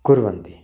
कुर्वन्ति